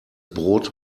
brot